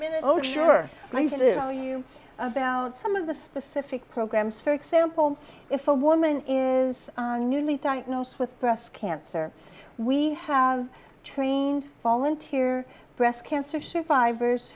minutes oh sure i do know you about some of the specific programs for example if a woman is newly diagnosed with breast cancer we have trained volunteer breast cancer survivors